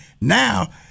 now